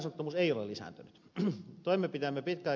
pitkäaikaisasunnottomuus ei ole lisääntynyt